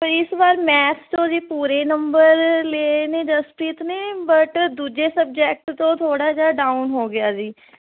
ਇਸ ਵਾਰ ਮੈਥ ਚੋਂ ਜੀ ਪੂਰੇ ਨੰਬਰ ਲਏ ਨੇ ਜਸਪ੍ਰੀਤ ਨੇ ਬਟ ਦੂਜੇ ਸਬਜੈਕਟ ਤੋਂ ਥੋੜ੍ਹਾ ਜਿਹਾ ਡਾਊਨ ਹੋ ਗਿਆ ਜੀ